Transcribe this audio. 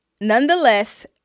nonetheless